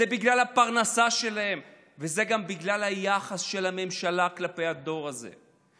זה בגלל הפרנסה שלהם וזה גם בגלל היחס של הממשלה כלפי הדור הזה.